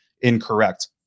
incorrect